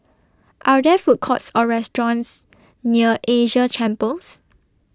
Are There Food Courts Or restaurants near Asia Chambers